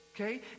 okay